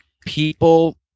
people